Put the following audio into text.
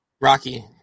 Rocky